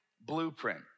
blueprint